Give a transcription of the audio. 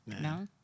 No